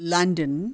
London